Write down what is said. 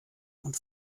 und